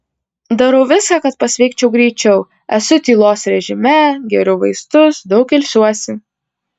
darau viską kad pasveikčiau greičiau esu tylos režime geriu vaistus daug ilsiuosi